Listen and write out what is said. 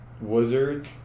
Wizards